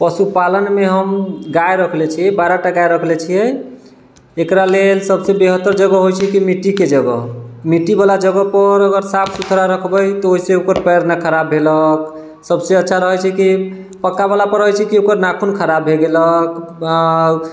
पशुपालनमे हम गाय रखले छियै बारहटा गाय रखले छियै एकरा लेल सबसे बेहतर जगह होइत छै की मिट्टीके जगह मिट्टीवाला जगह पर अगर साफ सुथरा रखबै तऽ ओहिसँ ओकर पैर नहि खराब भेलक सबसे अच्छा रहैत छै की पक्कावाला पर रहैत छै की ओकर नाखुन खराब भए गेलक